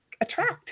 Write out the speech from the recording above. attract